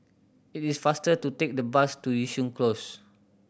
it is faster to take the bus to Yishun Close